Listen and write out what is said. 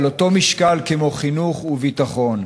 על אותו משקל של חינוך וביטחון,